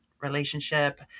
relationship